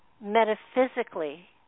metaphysically